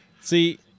See